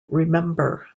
remember